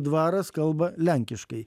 dvaras kalba lenkiškai